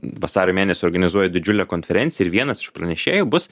vasario mėnesį organizuoju didžiulę konferenciją ir vienas iš pranešėjų bus